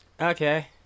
Okay